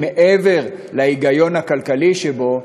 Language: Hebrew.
מעבר להיגיון הכלכלי שבו,